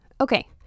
Okay